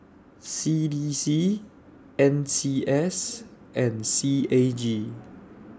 C D C N C S and C A G